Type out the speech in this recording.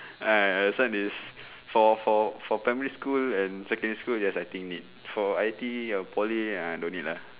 ah this one is for for for primary school and secondary school yes I think need for I_T_E or poly uh no need lah